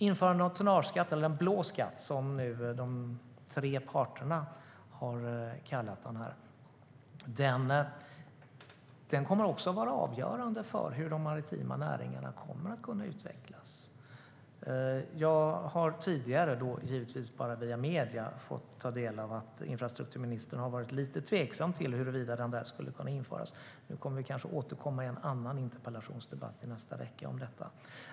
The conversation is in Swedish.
Införandet av tonnageskatt, eller en blå skatt som de tre parterna nu har kallat den, kommer också att vara avgörande för hur de maritima näringarna kommer att kunna utvecklas. Jag har tidigare, givetvis bara via medierna, fått ta del av att infrastrukturministern har varit lite tveksam till huruvida den skulle kunna införas. Vi kommer kanske att återkomma till det i en annan interpellationsdebatt i nästa vecka.